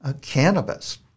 cannabis